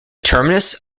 terminus